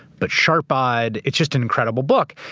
but sharp-eyed. it's just an incredible book.